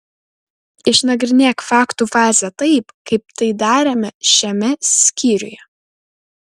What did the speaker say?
išnagrinėk faktų fazę taip kaip tai darėme šiame skyriuje